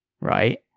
right